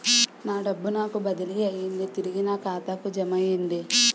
నా డబ్బు నాకు బదిలీ అయ్యింది తిరిగి నా ఖాతాకు జమయ్యింది